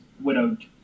widowed